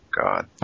God